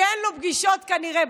כי כנראה אין לו פגישות בבוקר.